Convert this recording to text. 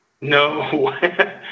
No